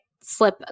slip